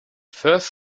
first